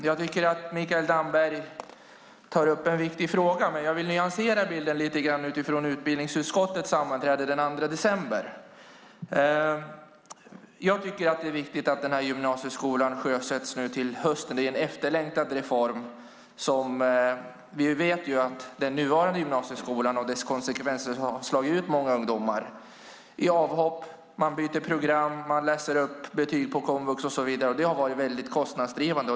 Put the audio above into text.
Fru talman! Mikael Damberg tar upp en viktig fråga, men jag vill nyansera bilden lite grann utifrån utbildningsutskottets sammanträde den 2 december. Jag tycker att det är viktigt att den här gymnasieskolan sjösätts nu till hösten. Det är en efterlängtad reform. Vi vet att den nuvarande gymnasieskolan och dess konsekvenser har slagit ut många ungdomar. Det sker avhopp, man byter program, man läser upp betyg på komvux och så vidare. Det har varit väldigt kostnadsdrivande.